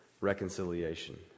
reconciliation